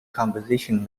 composition